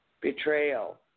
betrayal